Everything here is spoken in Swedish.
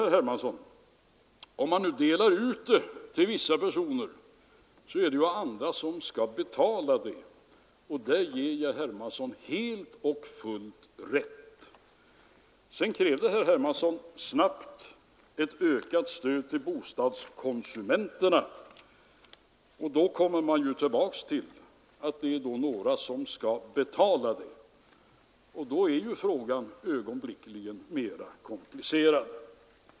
Herr Hermansson säger att om man nu delar ut en förmån till vissa personer, så måste ju andra betala den, och däri ger jag herr Hermansson helt och fullt rätt. Sedan kräver herr Hermansson snabbt ett ökat stöd till bostadskonsumenterna. Men då kommer man tillbaka till att det är några som skall betala, och då är frågan ögonblickligen mera komplicerad.